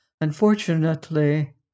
Unfortunately